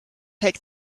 take